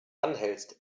anhältst